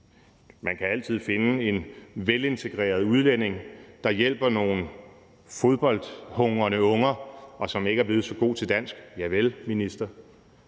Man kan altid finde en velintegreret udlænding, der hjælper nogle fodboldhungrende unger, og som ikke er blevet så god til dansk – javel, minister,